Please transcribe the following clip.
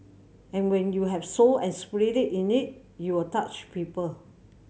and when you have soul and in it you will touch people